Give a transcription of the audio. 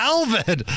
Alvin